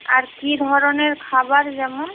আর কী ধরনের খাবার যেমন